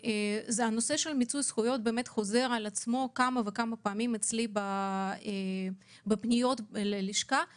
הנושא של מיצוי זכויות חוזר על עצמו כמה פעמים בפניות ללשכה שלי.